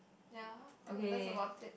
ya think that is about it